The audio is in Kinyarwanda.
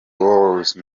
wars